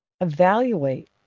evaluate